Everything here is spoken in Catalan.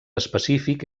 específic